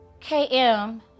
KM